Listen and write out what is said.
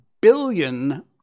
billion